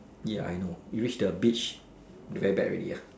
ya I know you reach the beach very bad already ah